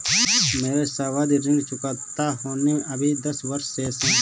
मेरे सावधि ऋण चुकता होने में अभी दस वर्ष शेष है